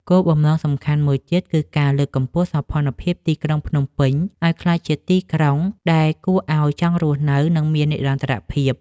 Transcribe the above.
គោលបំណងសំខាន់មួយទៀត គឺការលើកកម្ពស់សោភ័ណភាពទីក្រុងភ្នំពេញឱ្យក្លាយជាទីក្រុងដែលគួរឱ្យចង់រស់នៅ និងមាននិរន្តរភាព។